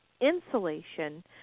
insulation